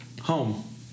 home